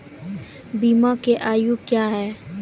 बीमा के आयु क्या हैं?